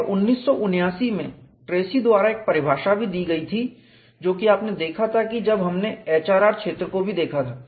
और 1979 में ट्रेसी द्वारा एक परिभाषा भी दी गई थी जो कि आपने देखा था कि जब हमने HRR क्षेत्र को भी देखा था